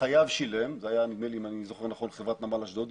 החייב שילם, זה היה נדמה לי חברת נמל אשדוד.